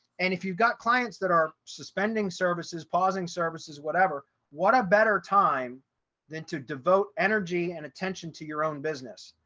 and if you've got clients that are suspending services, pausing services, whatever, what a better time than to devote energy and attention to your own business,